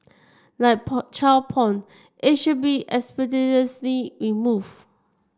like child porn it should be expeditiously remove